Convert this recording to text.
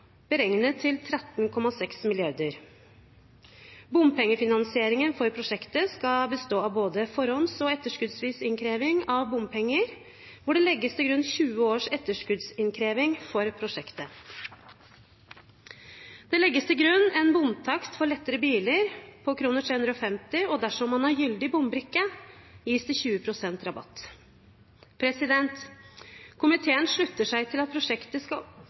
beregnet til 13,6 mrd. kr. Bompengefinansieringen for prosjektet skal bestå av både forhåndsvis og etterskuddsvis innkreving av bompenger, hvor det legges til grunn 20 års etterskuddsinnkreving for prosjektet. Det legges til grunn en bomtakst for lettere biler på 350 kr, og dersom man har gyldig bombrikke, gis det 20 pst. rabatt. Komiteen slutter seg til at prosjektet skal